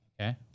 Okay